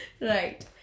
right